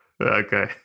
Okay